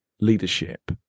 leadership